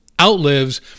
outlives